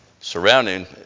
Surrounding